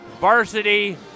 varsity